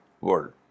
world